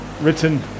written